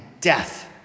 death